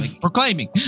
proclaiming